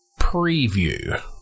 Preview